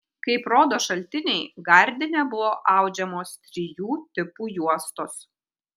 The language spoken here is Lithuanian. kaip rodo šaltiniai gardine buvo audžiamos trijų tipų juostos